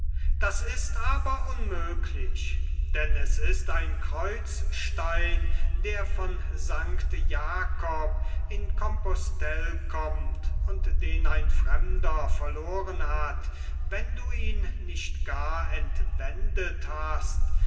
das ist aber unmöglich denn es ist ein kreuzstein der von st jakob in compostell kommt und den ein fremder verloren hat wenn du ihn nicht gar entwendet hast